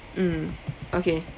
mm okay